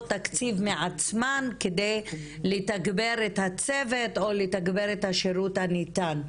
תקציב מעצמן כדי לתגבר את הצוות או לתגבר את השירות הניתן.